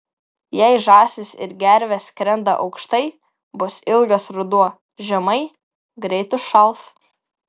jei žąsys ir gervės skrenda aukštai bus ilgas ruduo žemai greit užšals